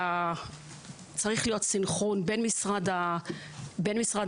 צריך להיות סנכרון בין משרד העבודה,